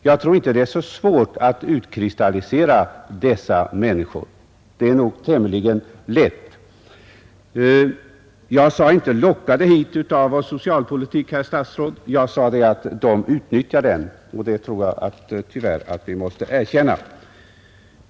Jag tror inte det är så svårt att utkristallisera dessa människor — det går nog tämligen lätt. Jag sade inte att de var ”lockade hit av vår socialpolitik”, herr statsråd, utan jag sade att de utnyttjar vår socialpolitik, och det tror jag att vi måste erkänna.